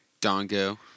Dongo